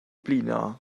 blino